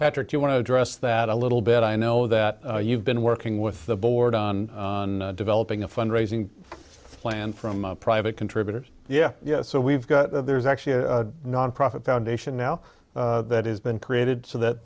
patrick you want to address that a little bit i know that you've been working with the board on developing a fund raising plan from private contributors yeah so we've got there's actually a nonprofit foundation now that has been created so that